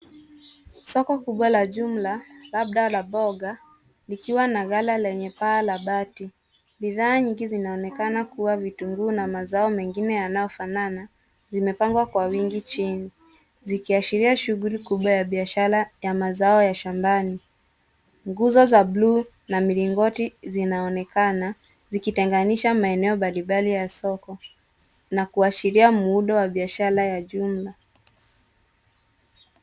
Soko kubwa la jumla labda la mboga likiwa na gala lenye paa la bati. Bidhaa nyingi zinaonekana kuwa vitunguu na mazao mengine yanayofanana zimepangwa kwa wingi chini, zikiashiria shughuli kubwa ya biashara ya mazao ya shambani. Nguzo za buluu na milingoti zinaonekana, zikitenganisha maeneo mbalimbali ya soko na kuashiria muundo wa biashara ya jumla.